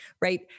right